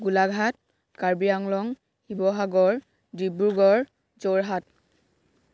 Golaghat Karbi Anglong Sivasagar Dibrugarh Jorhat